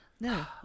No